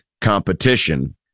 competition